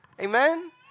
Amen